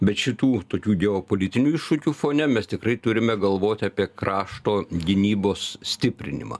bet šitų tokių geopolitinių iššūkių fone mes tikrai turime galvoti apie krašto gynybos stiprinimą